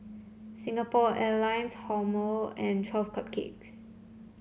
Singapore Airlines Hormel and Twelve Cupcakes